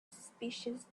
suspicious